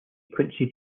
quincy